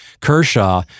Kershaw